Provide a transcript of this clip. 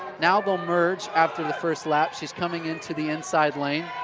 now we'll merge after the first lap, she's coming into the inside lane,